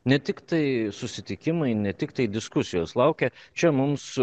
ne tiktai susitikimai ne tiktai diskusijos laukia čia mums